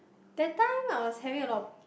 that time I was having a lot of